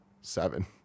seven